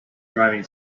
driving